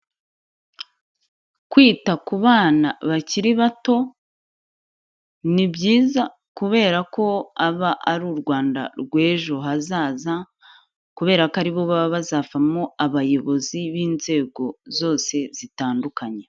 Kwita ku bana bakiri bato ni byiza kubera ko aba ari u Rwanda rw'ejo hazaza kubera ko aribo baba bazavamo abayobozi b'inzego zose zitandukanye.